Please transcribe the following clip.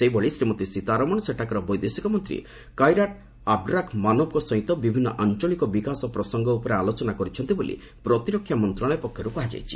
ସେହିଭଳି ଶ୍ରୀମତୀ ସୀତାରମଣ ସେଠାକାର ବୈଦେଶିକ ମନ୍ତ୍ରୀ କୈରାଟ ଆବଡ୍ରାଖମାନୋଭଙ୍କ ସହିତ ବିଭିନ୍ନ ଆଞ୍ଚଳିକ ବିକାଶ ପ୍ରସଙ୍ଗ ଉପରେ ଆଲୋଚନା କରିଛନ୍ତି ବୋଲି ପ୍ରତିରକ୍ଷା ମନ୍ତ୍ରଣାଳୟ ପକ୍ଷରୁ କୁହାଯାଇଛି